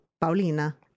Paulina